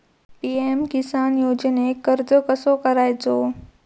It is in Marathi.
पी.एम किसान योजनेक अर्ज कसो करायचो?